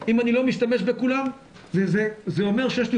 אם אני לא משתמש בכולן זה אומר שיש לי